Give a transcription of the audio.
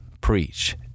Preach